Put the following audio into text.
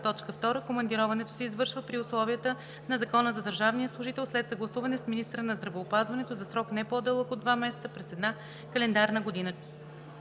командироването се извършва при условията на Закона за държавния служител след съгласуване с министъра на здравеопазването за срок не по-дълъг от два месеца през една календарна година.